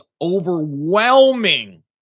overwhelming